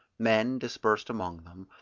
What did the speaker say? men, dispersed among them,